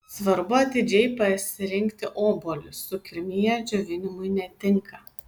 svarbu atidžiai pasirinkti obuolius sukirmiję džiovinimui netinka